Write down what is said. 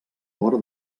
vora